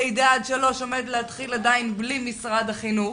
לידה עד שלוש עומד להתחיל עדיין בלי משרד החינוך,